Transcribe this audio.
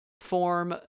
form